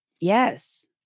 Yes